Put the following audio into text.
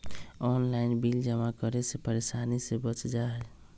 Online bill जमा करे से परेशानी से बच जाहई?